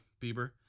Bieber